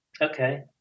Okay